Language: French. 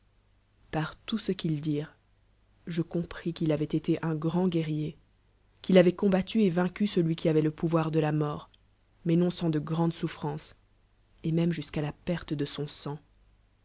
par tout ce qu'ils dirent je compris qu'il avoù été un grand guerrier qu'il avoit combattu et vaincu celui qui aveit lepouvoir de lamort mais non sads de grandes souffrances et même jusqu'à la perte de son sang